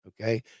okay